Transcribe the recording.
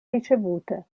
ricevute